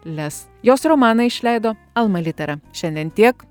les jos romaną išleido alma litera šiandien tiek